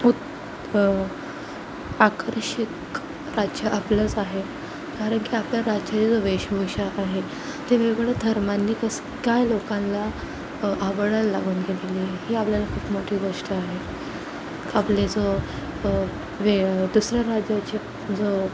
आकर्षक राज्य आपलंच आहे कारण की आपल्या राज्याचा जो वेशभूषा आहे ती वेगवेगळ्या धर्मांनी कसं काय लोकांना आवडायला लागून गेलेली ही आपल्याला खूप मोठी गोष्ट आहे आपले जो वेळ दुसऱ्या राज्याचे जो